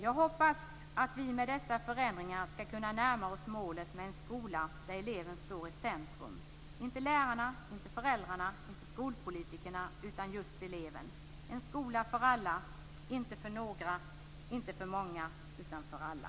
Jag hoppas att vi med dessa förändringar skall kunna närma oss målet en skola där eleven står i centrum - inte lärarna, inte föräldrarna och inte skolpolitikerna utan just eleven; en skola för alla, inte för några, inte för många utan för alla.